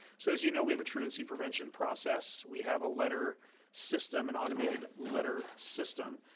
so as you know we have a truancy prevention process. we have a letter system. an automated letter system.